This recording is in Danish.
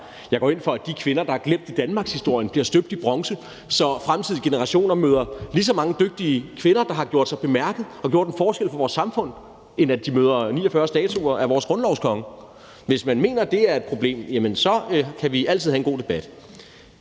Jeg går ind for, at de kvinder, der er glemt i danmarkshistorien, bliver støbt i bronze, så fremtidige generationer møder lige så mange dygtige kvinder, der har gjort sig bemærket og gjort en forskel for vores samfund, end at de møder 49 statuer af vores grundlovskonge. Hvis man mener, at det er problem, kan vi altid have en god debat.